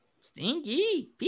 stinky